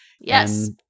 Yes